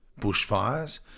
bushfires